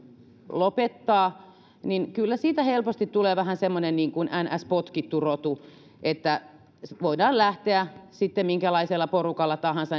lopettaa niin kyllä siitä helposti tulee vähän semmoinen niin sanottu potkittu rotu että voidaan lähteä sitten minkälaisella porukalla tahansa